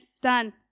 done